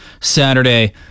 Saturday